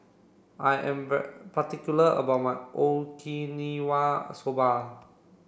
I am particular about my Okinawa Soba